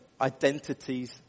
identities